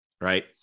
Right